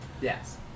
Yes